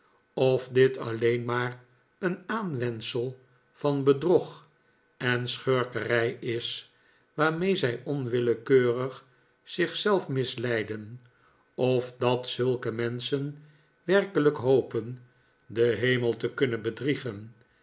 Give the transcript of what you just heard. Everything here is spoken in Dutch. of dit alleen maar een aanwendsel van bedrog en schurkerij is waarmee zij onwillekeurig zich zelf misleiden of dat zulke menschen werkelijk hopen den hemel te kunnen bedriegen